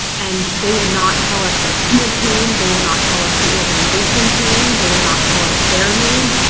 and they will not tell us their student's name. they will not tell us the organization's name. they will not tell us their name.